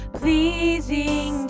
pleasing